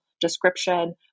description